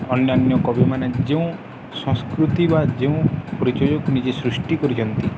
ଅନ୍ୟାନ୍ୟ କବିମାନେ ଯେଉଁ ସଂସ୍କୃତି ବା ଯେଉଁ ପରିଚୟକୁ ନିଜେ ସୃଷ୍ଟି କରିଛନ୍ତି